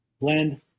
Blend